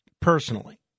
personally